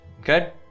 Okay